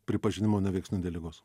pripažinimo neveiksniu dėl ligos